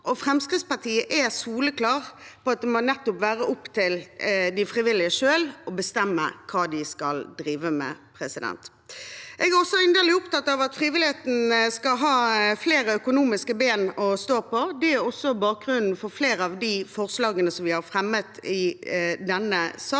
Fremskrittspartiet er soleklare på at det nettopp må være opp til de frivillige selv å bestemme hva de skal drive med. Jeg er inderlig opptatt av at frivilligheten skal ha flere økonomiske ben å stå på. Det er også bakgrunnen for flere av de forslagene som vi har fremmet i denne saken.